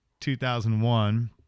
2001